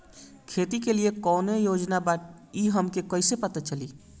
खेती के लिए कौने योजना बा ई हमके कईसे पता चली?